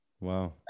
Wow